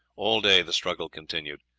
all day the struggle continued.